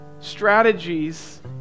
strategies